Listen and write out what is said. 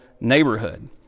neighborhood